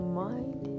mind